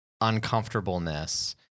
uncomfortableness